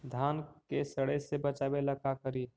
धान के सड़े से बचाबे ला का करि?